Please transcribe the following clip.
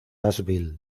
asheville